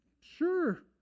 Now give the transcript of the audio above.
Sure